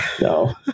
No